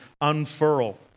unfurl